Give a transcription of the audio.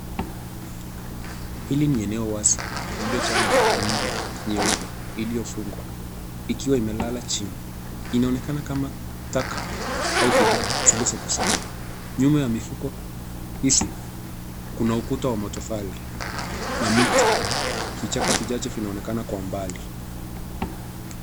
Hili ni eneo wazi lililojaa mifuko mingi nyeupe iliyofungwa, ikiwa imelala chini. Inaonekana kama taka au bidhaa zilizokusanywa. Nyuma ya mifuko hizi kuna ukuta wa matofali na miti. Vichaka vichache vinaonekana kwa umbali.